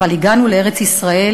אבל הגענו לארץ-ישראל,